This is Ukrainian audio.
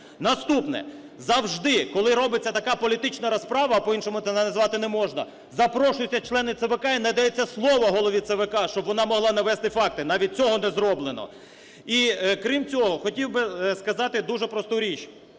Наступне. Завжди, коли робиться така політична розправа, а по-іншому це назвати неможна, запрошуються члени ЦВК і надається слово голові ЦВК, щоб вона могла навести факти. Навіть цього не зроблено. І крім цього хотів би сказати дуже просту річ: